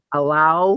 allow